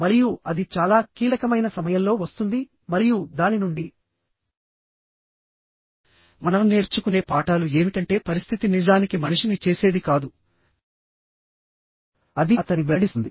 మరియు అది చాలా కీలకమైన సమయంలో వస్తుంది మరియు దాని నుండి మనం నేర్చుకునే పాఠాలు ఏమిటంటే పరిస్థితి నిజానికి మనిషిని చేసేది కాదు అది అతనిని వెల్లడిస్తుంది